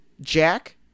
Jack